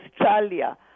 Australia